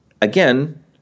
again